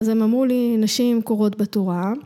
‫אז הם אמרו לי: ‫נשים קוראות בתורה.